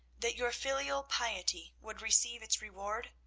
that your filial piety would receive its reward?